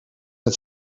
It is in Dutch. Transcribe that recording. het